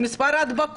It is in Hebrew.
לדעת את מספר ההדבקות,